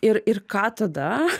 ir ir ką tada